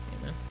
Amen